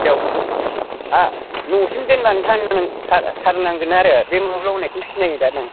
बैयाव दा न'सिम दोनलांथारनांगोन आरो बे मोब्लाव होननायखौ सिनायो दा नों